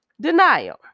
denial